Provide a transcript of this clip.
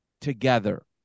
together